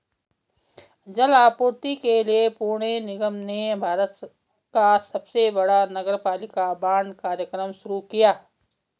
जल आपूर्ति के लिए पुणे निगम ने भारत का सबसे बड़ा नगरपालिका बांड कार्यक्रम शुरू किया